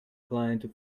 client